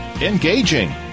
engaging